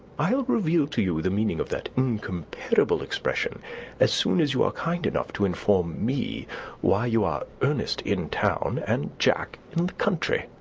i'll reveal to you the meaning of that incomparable expression as soon as you are kind enough to inform me why you are ernest in town and jack in the country.